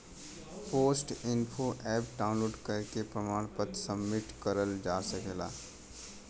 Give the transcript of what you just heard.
post info app download करके प्रमाण पत्र सबमिट करल जा सकला